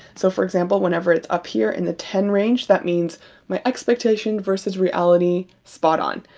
so for example, whenever it's up here in the ten range that means my expectations versus reality spot-on,